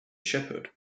sheppard